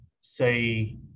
say